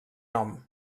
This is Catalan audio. nom